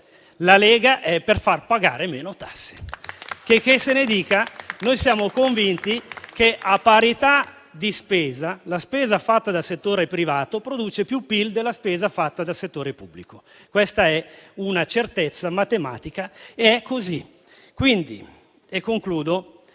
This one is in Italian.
la Lega è per far pagare meno tasse. Noi siamo convinti che, a parità di spesa, la spesa fatta dal settore privato produce più PIL della spesa fatta dal settore pubblico. Questa è una certezza matematica. È così. Quindi, noi